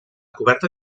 coberta